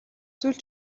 зүйл